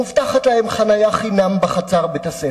מובטחת להם חנייה חינם בחצר בית-הספר.